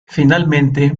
finalmente